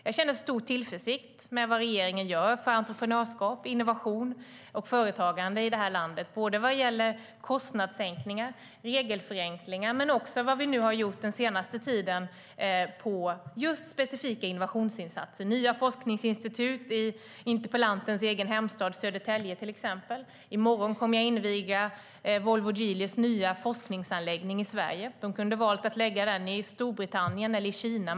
Jag känner stor tillförsikt med vad regeringen gör för entreprenörskap, innovation och företagande i det här landet vad gäller kostnadssänkningar och regelförenklingar men också vad vi har gjort den senaste tiden i fråga om just specifika innovationsinsatser, till exempel nya forskningsinstitut i interpellantens egen hemstad Södertälje. I morgon kommer jag att inviga Volvo-Geelys nya forskningsanläggning i Sverige. De kunde ha valt att lägga den i Storbritannien eller i Kina.